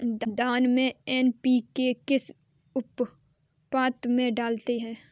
धान में एन.पी.के किस अनुपात में डालते हैं?